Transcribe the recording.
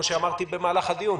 כמו שאמרתי במהלך הדיון,